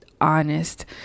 honest